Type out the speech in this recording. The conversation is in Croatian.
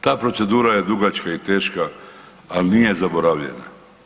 Ta procedura je dugačka i teška, ali nije zaboravljena.